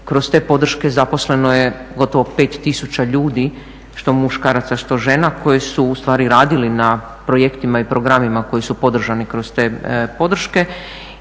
kroz te podrške zaposleno je gotovo 5000 ljudi što muškaraca, što žena koji su u stvari radili na projektima i programima koji su podržani kroz te podrške.